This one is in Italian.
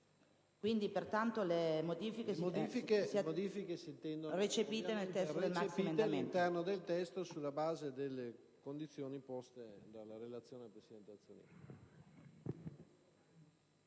finanze*. Le modifiche si intendono recepite all'interno del testo sulla base delle condizioni poste dalla relazione del presidente Azzollini.